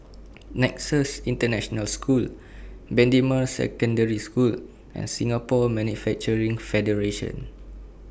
Nexus International School Bendemeer Secondary School and Singapore Manufacturing Federation